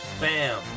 BAM